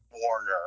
Warner